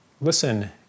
listen